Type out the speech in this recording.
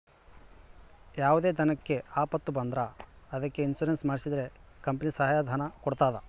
ಯಾವುದೇ ದನಕ್ಕೆ ಆಪತ್ತು ಬಂದ್ರ ಅದಕ್ಕೆ ಇನ್ಸೂರೆನ್ಸ್ ಮಾಡ್ಸಿದ್ರೆ ಕಂಪನಿ ಸಹಾಯ ಧನ ಕೊಡ್ತದ